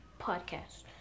podcast